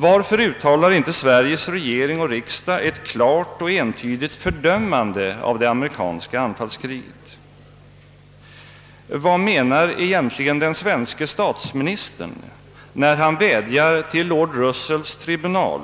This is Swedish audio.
Varför uttalar inte Sveriges regering och riksdag ett klart och entydigt fördömande av det amerikanska anfallskriget? Vad menar egentligen den svenske statsministern när han vädjar till lord Russells tribunal,